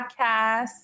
podcast